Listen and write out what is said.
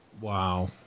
Wow